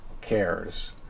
cares